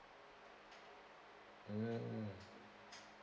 mm